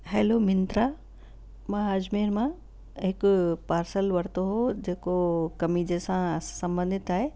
hello Myntra मां अजमेर मां हिकु पार्सल वरितो हुओ जेको कमीज़ सां संबंधित आहे